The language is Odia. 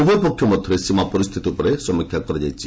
ଉଭୟ ପକ୍ଷ ମଧ୍ୟରେ ସୀମା ପରିସ୍ଥିତି ଉପରେ ସମୀକ୍ଷା କରାଯାଇଛି